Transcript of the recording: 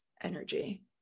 energy